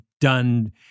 done